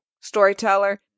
storyteller